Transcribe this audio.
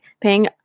paying